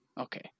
Okay